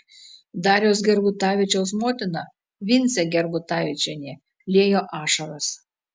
dariaus gerbutavičiaus motina vincė gerbutavičienė liejo ašaras